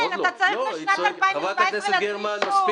כן, אתה צריך בשנת 2017 להוציא שוב.